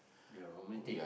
girl romantic